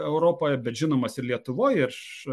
europoje bet žinomas ir lietuvoj iš